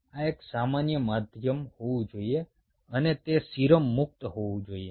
આ એક સામાન્ય માધ્યમ હોવું જોઈએ અને તે સીરમ મુક્ત હોવું જોઈએ